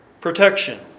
protection